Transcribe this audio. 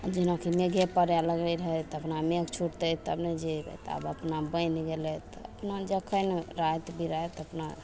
जेनाकि मेघे पड़य लगय रहय तऽ अपना मेघ छुटतै तब ने जेबय तऽ आब अपना बनि गेलय तऽ अपना जखन राति बिराति अपना